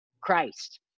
Christ